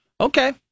Okay